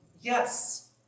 Yes